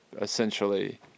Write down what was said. essentially